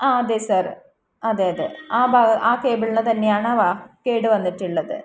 ആ അതെ സർ അതെ അതെ ആ ആ കേബിളിന് തന്നെയാണ് കേടുവന്നിട്ടുള്ളത്